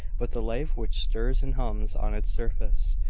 but the life which stirs and hums on its surface,